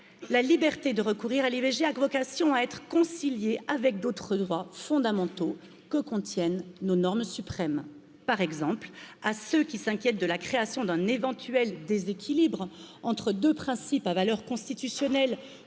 ou liberté fondamentale. Liberace a vocation à être conciliée avec d'autres droits fondamentaux que contiennent nos normes suprêmes, par exemple à ceux qui s'inquiètent de la création d'un éventuel déséquilibre entre deux principes à valeur constitutionnelle